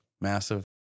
massive